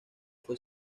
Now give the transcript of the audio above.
fue